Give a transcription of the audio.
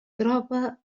troba